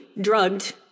drugged